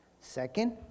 Second